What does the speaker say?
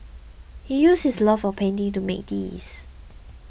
he used his love of painting to make these